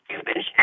stupid